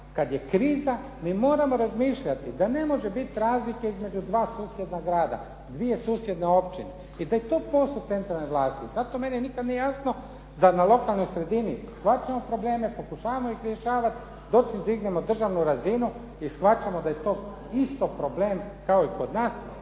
kada je kriza mi moramo razmišljati da ne može biti razlike između dva susjedna grda, dvije susjedne općine. I da je to posao centralne vlasti. Zato meni nikada nije jasno da na lokalnoj sredini shvaćamo probleme, pokušavamo ih rješavati, … dignemo državnu razinu i shvaćamo da je to isto problem kao i kod nas,